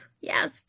yes